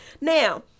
Now